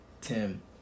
tim